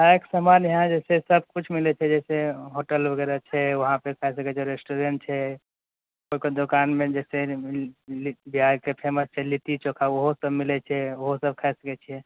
खायके सामान यहाँ जे छै सब किछु मिलै छै जे छै होटल वगैरह छै वहाँ पर सब जगह रेस्टोरेंट छै ओकर दोकानमे जे छै बिहारके फेमस छै लिट्टी चोखा ओहो सब ओतए मिलै छै ओहो सब खाय सकै छियै